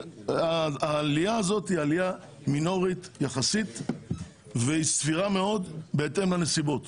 העלייה הזאת היא עלייה מינורית יחסית והיא סבירה מאוד בהתאם לנסיבות.